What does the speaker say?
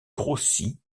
grossit